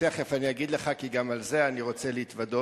תיכף אני אגיד לך, כי גם על זה אני רוצה להתוודות.